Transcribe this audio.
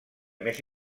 més